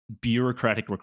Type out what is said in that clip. bureaucratic